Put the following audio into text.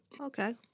Okay